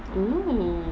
oo